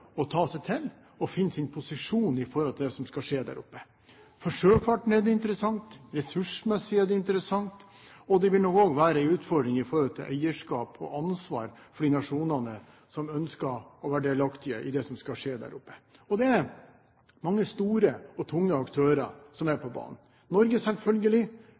å ta seg til rette og finne sin posisjon med tanke på det som skal skje der oppe. For sjøfarten er det interessant, ressursmessig er det interessant, og det vil nok også være en utfordring med hensyn til eierskap og ansvar for de nasjonene som ønsker å være delaktige i det som skal skje der oppe. Det er mange store og tunge aktører som er på banen. Norge, selvfølgelig,